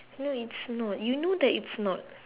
no it's not you know that it's not